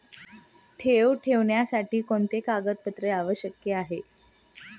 ठेवी ठेवण्यासाठी कोणते कागदपत्रे आवश्यक आहे?